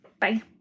Bye